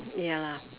ya lah